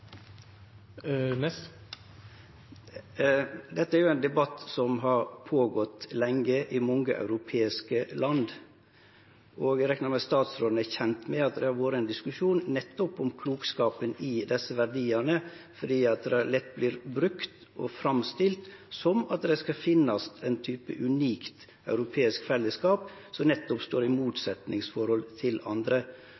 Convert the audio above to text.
Dette er ein debatt som har pågått lenge i mange europeiske land. Eg reknar med at utanriksministeren er kjend med at det har vore ein diskusjon om nettopp klokskapen i desse verdiane, for dei vert lett brukte og framstilte som at det skal finnast ein type unikt europeisk fellesskap som nettopp står i